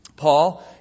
Paul